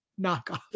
knockoff